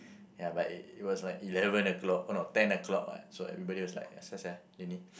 ya but it it was like eleven o-clock oh no ten o-clock what so everybody was like